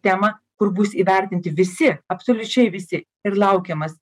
temą kur bus įvertinti visi absoliučiai visi ir laukiamas